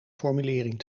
formulering